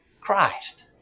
Christ